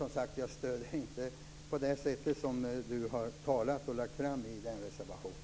Jag stöder inte detta på det sätt Roy Hansson har talat för och lagt fram i reservationen.